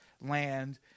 land